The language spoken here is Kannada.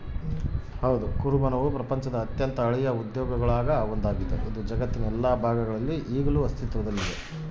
ಕುರುಬನವು ಪ್ರಪಂಚದ ಅತ್ಯಂತ ಹಳೆಯ ಉದ್ಯೋಗಗುಳಾಗ ಒಂದಾಗಿದೆ, ಇದು ಜಗತ್ತಿನ ಎಲ್ಲಾ ಭಾಗಗಳಲ್ಲಿ ಅಸ್ತಿತ್ವದಲ್ಲಿದೆ